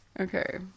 okay